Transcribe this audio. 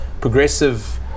progressive